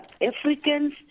Africans